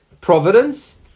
providence